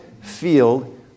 field